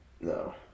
No